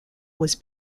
was